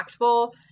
impactful